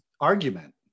argument